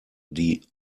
die